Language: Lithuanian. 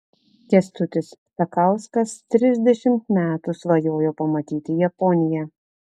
kęstutis ptakauskas trisdešimt metų svajojo pamatyti japoniją